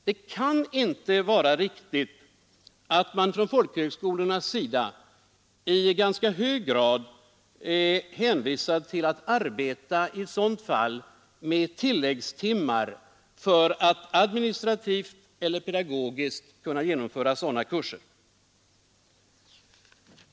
Det kan inte vara riktigt att man från folkhögskolornas sida i sådana fall i ganska hög grad är hänvisad till att arbeta med tilläggstimmar för att administrativt och pedagogiskt kunna genomföra dessa kurser.